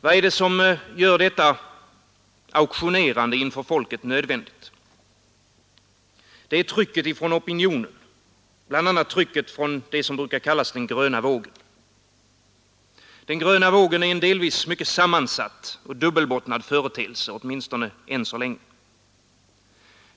Vad är det som gör detta auktionerande inför folket nödvändigt? Det är trycket från opinionen, bl.a. trycket från det som brukar kallas den gröna vågen. Den gröna vågen är en delvis mycket sammansatt och dubbelbottnad företeelse, åtminstone än så länge.